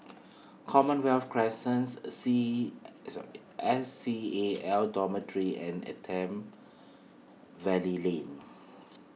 Commonwealth Crescents C E S C A L Dormitory and Attap Valley Lane